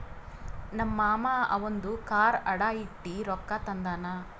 ನಮ್ ಮಾಮಾ ಅವಂದು ಕಾರ್ ಅಡಾ ಇಟ್ಟಿ ರೊಕ್ಕಾ ತಂದಾನ್